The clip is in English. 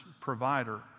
provider